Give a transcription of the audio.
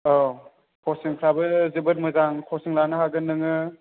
औ कचिंफ्राबो जोबोद मोजां कचिं लानो हागोन नोङो